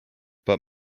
but